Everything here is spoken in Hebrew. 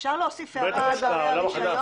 אפשר להוסיף הערה ברישיון.